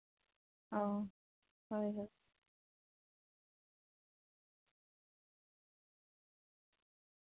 ᱚ ᱦᱳᱭ ᱦᱳᱭ